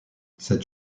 cette